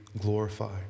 glorified